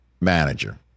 manager